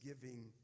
giving